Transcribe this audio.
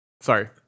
sorry